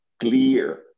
clear